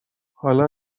حالا